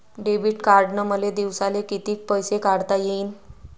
Debit कार्डनं मले दिवसाले कितीक पैसे काढता येईन?